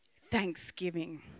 thanksgiving